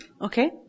Okay